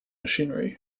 machinery